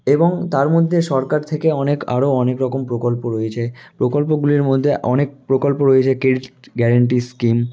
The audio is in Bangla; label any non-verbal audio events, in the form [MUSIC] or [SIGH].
এবং তার মধ্যে সরকার থেকে অনেক আরও অনেক রকম প্রকল্প রয়েছে প্রকল্পগুলির মধ্যে অনেক প্রকল্প রয়েছে [UNINTELLIGIBLE] গ্যারান্টি স্কিম